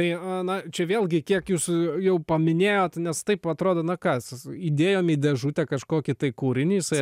tai na čia vėlgi kiek jūsų jau paminėjot nes taip atrodo na ką su įdėjom į dėžutę kažkokį tai kūrinį jisai